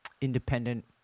independent